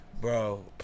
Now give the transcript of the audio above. Bro